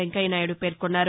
వెంకయ్యనాయుడు పేర్కొన్నారు